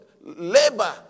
labor